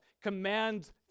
commands